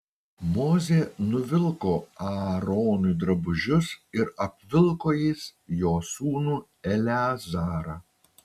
mozė nuvilko aaronui drabužius ir apvilko jais jo sūnų eleazarą